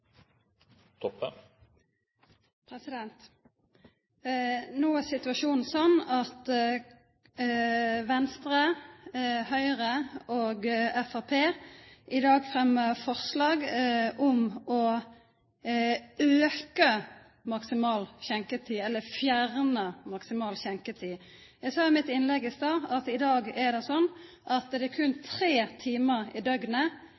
tryggere. No er situasjonen sånn at Venstre, Høgre og Framstegspartiet i dag fremmar forslag om å auka eller fjerna maksimal skjenkjetid. Eg sa i innlegget mitt i stad at i dag er det sånn at det berre er tre timar i døgnet